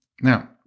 Now